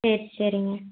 சரி சரிங்க